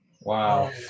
Wow